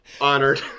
Honored